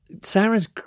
Sarah's